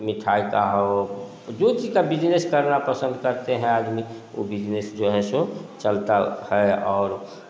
मिठाई का हो जो चीज़ का बिजनेस करना पसंद करते हैं आदमी वो बिजनेस जो है सो चलता है और